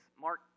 Mark